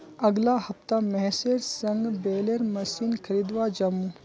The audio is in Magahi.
अगला हफ्ता महेशेर संग बेलर मशीन खरीदवा जामु